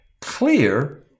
clear